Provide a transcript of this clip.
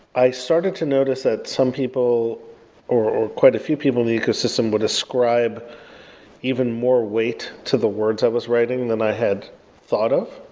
i started to notice that some people or or quite a few people in the ecosystem would describe even more weight to the words i was writing than i had thought of,